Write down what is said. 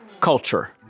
Culture